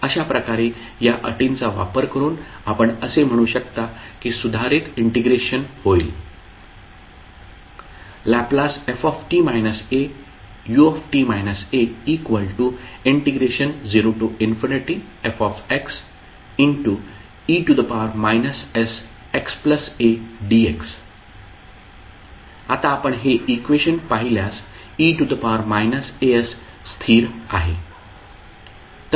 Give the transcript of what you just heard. अशा प्रकारे या अटींचा वापर करून आपण असे म्हणू शकता की सुधारित इंटिग्रेशन होईल Lft au0fxe sxadx आता आपण हे इक्वेशन पाहिल्यास e as स्थिर आहे